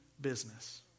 business